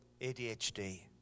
ADHD